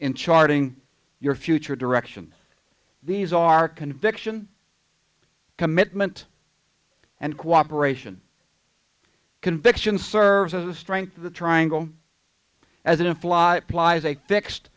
in charting your future direction these are conviction commitment and cooperation conviction serves as a strength of the triangle as if law applies a fixed